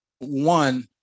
one